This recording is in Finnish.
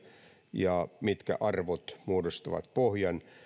ja mitkä arvot muodostavat pohjan